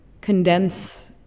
condense